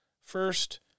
first